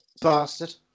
Bastard